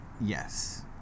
Yes